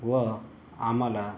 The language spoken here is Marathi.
व आम्हाला